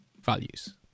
values